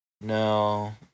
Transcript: No